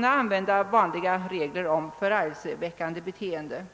bara vanliga regler om förargelseväckande beteelser tillämpas.